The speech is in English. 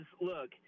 look